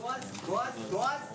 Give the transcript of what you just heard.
הישיבה